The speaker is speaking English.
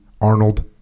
Arnold